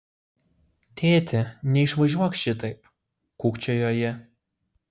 tėti neišvažiuok šitaip kūkčiojo ji